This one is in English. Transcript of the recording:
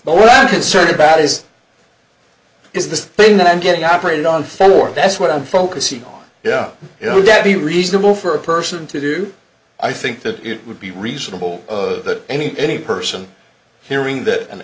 but what concern about is is this thing that i'm getting operated on for that's what i'm focusing on yeah you know that be reasonable for a person to do i think that it would be reasonable that any any person hearing that an